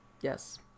Yes